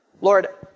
Lord